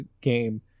game